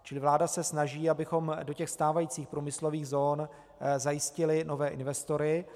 Čili vláda se snaží, abychom do těch stávajících průmyslových zón zajistili nové investory.